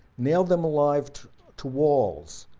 nail them alive to to walls.